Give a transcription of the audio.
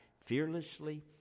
fearlessly